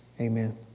Amen